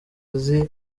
azi